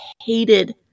hated